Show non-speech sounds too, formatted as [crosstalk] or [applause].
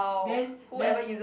then then [breath]